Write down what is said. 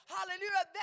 Hallelujah